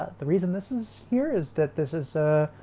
the reason this is here is that this is ah,